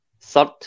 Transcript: third